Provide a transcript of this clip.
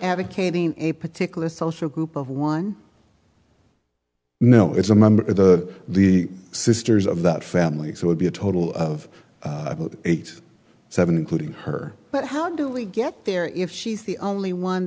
advocating a particular social group of one no it's a member of the the sisters of that family it would be a total of eight seven including her but how do we get there if she's the only one